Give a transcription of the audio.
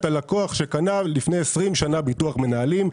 על לקוח שקנה לפני 20 שנה ביטוח מנהלים,